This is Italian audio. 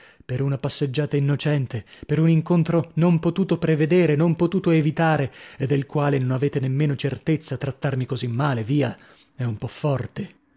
per una passeggiata innocente per un incontro non potuto prevedere non potuto evitare e del quale non avete nemmeno certezza trattarmi così male via è un po forte